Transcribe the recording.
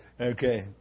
Okay